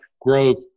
growth